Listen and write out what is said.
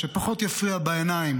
שפחות יפריעו בעיניים